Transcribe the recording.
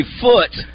foot